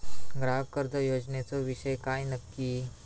ग्राहक कर्ज योजनेचो विषय काय नक्की?